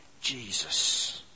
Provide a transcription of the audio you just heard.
Jesus